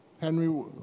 Henry